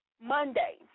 Monday